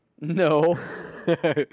No